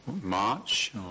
March